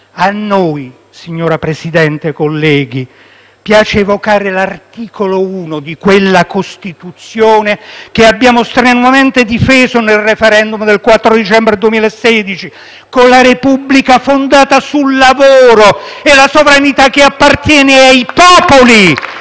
A noi, signor Presidente, colleghi, piace evocare l'articolo 1 di quella Costituzione che abbiamo strenuamente difeso nel *referendum* del 4 dicembre 2016, con la Repubblica fondata sul lavoro e la sovranità che appartiene ai popoli,